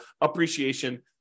appreciation